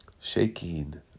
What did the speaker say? shaking